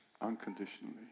unconditionally